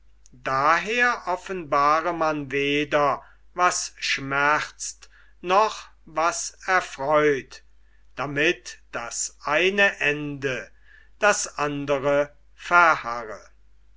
daher offenbare man weder was schmerzt noch was erfreut damit das eine ende das andre